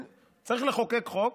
צריך לחוקק חוק